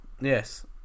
Yes